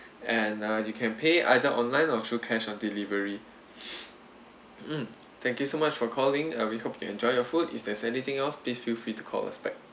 and uh you can pay either online or through cash on delivery mm thank you so much for calling uh we hope you enjoy your food if there's anything else please feel free to call us back